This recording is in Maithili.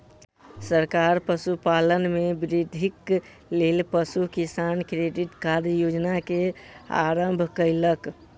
सरकार पशुपालन में वृद्धिक लेल पशु किसान क्रेडिट कार्ड योजना के आरम्भ कयलक